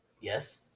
yes